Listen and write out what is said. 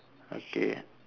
okay